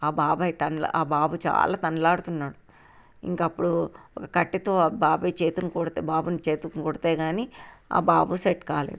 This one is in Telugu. ఆ బాబాయ్ తన ఆ బాబు చాలా తండ్లాడుతున్నాడు ఇంకా అప్పుడు కట్టెతో ఆ బాబాయ్ చేతిని కొడితే బాబుని చేతులు కొడితే కానీ ఆ బాబు సెట్ కాలేదు